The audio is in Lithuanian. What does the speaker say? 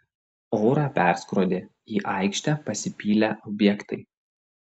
orą perskrodė į aikštę pasipylę objektai